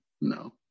no